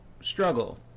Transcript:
struggle